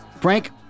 Frank